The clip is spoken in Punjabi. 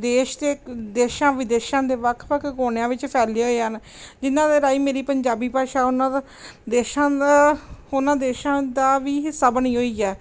ਦੇਸ਼ ਦੇ ਦੇਸ਼ਾਂ ਵਿਦੇਸ਼ਾਂ ਦੇ ਵੱਖ ਵੱਖ ਕੋਨਿਆਂ ਵਿੱਚ ਫੈਲੇ ਹੋਏ ਹਨ ਜਿਨ੍ਹਾਂ ਦੇ ਰਾਹੀਂ ਮੇਰੀ ਪੰਜਾਬੀ ਭਾਸ਼ਾ ਉਹਨਾਂ ਦਾ ਦੇਸ਼ਾਂ ਦਾ ਉਹਨਾਂ ਦੇਸ਼ਾਂ ਦਾ ਵੀ ਹਿੱਸਾ ਬਣੀ ਹੋਈ ਹੈ